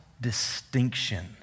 distinction